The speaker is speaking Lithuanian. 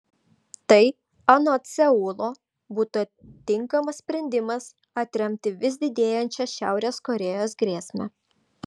tai anot seulo būtų tinkamas sprendimas atremti vis didėjančią šiaurės korėjos grėsmę